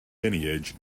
lineage